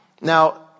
Now